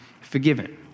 forgiven